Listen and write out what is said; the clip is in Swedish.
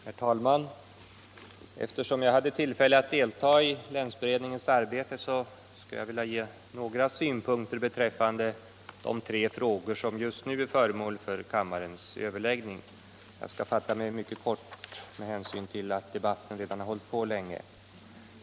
Herr talman! Eftersom jag hade tillfälle att delta i länsberedningens 49 arbete skulle jag vilja ge några synpunkter på de tre frågor som nu är föremål för överläggning. Jag skall fatta mig mycket kort med hänsyn till att debatten redan hållit på länge.